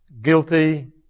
guilty